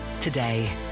today